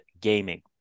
gaming